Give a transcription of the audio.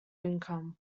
income